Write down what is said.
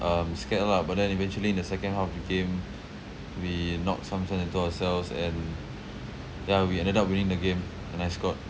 um scared lah but then eventually in the second half of the game we knocked some sense into ourselves and ya we ended up winning the game and I scored